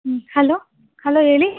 ಹ್ಞೂ hello hello ಹೇಳಿ